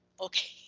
okay